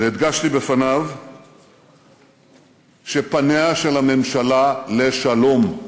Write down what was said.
והדגשתי בפניו שפניה של הממשלה לשלום.